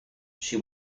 she